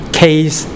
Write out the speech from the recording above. case